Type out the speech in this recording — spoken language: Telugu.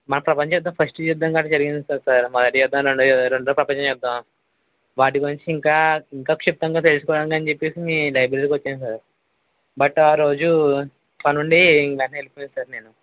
మన ప్రపంచ యుద్ధం ఫస్ట్ యుద్ధం కట్టా జరిగింది కదా సార్ మొదటి యుద్ధం రెం రెండో ప్రపంచ యుద్ధం వాటి గురించి ఇంకా ఇంకా క్షిప్తంగా తెలుసుకోవడానికి అని చెప్పేసి మీ లైబ్రరీకి వచ్చాను సార్ బట్ ఆరోజు పని ఉండి వెంబటే వెళ్లిపోయాను సార్ నేను